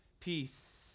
Peace